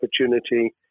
opportunity